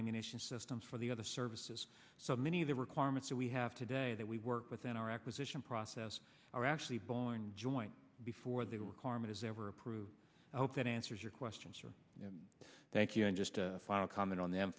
ammunition systems for the other services so many of the requirements that we have today that we work with in our acquisition process are actually born joint before the requirement is ever approved i hope that answers your question sir thank you and just a final comment on them